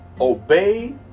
Obey